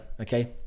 okay